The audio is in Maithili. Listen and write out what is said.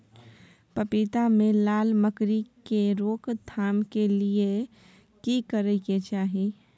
पपीता मे लाल मकरी के रोक थाम के लिये की करै के चाही?